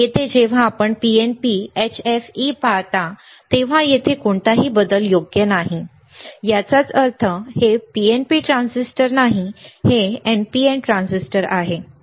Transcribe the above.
येथे जेव्हा आपण PNP HFE पाहता तेव्हा तेथे कोणताही बदल योग्य नाही याचा अर्थ हे PNP ट्रान्झिस्टर नाही हे NPN ट्रान्झिस्टर आहे